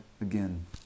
again